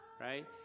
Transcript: right